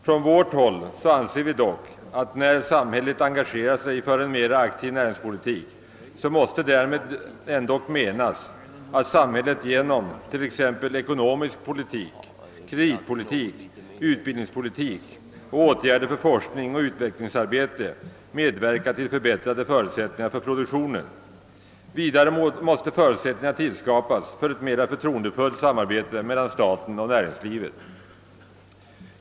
Från vårt håll anser vi dock att när samhället engagerar sig för en mera aktiv näringspolitik måste därmed menas, att samhället genom t.ex. ekonomisk politik, kreditpolitik, utbildningspolitik och åtgärder för forskning och utvecklingsarbete medverkar till förbättrade förutsättningar för produktionen. Vidare måste förutsättningar tillskapas för ett mera förtroendefullt samarbete mellan staten och näringslivet.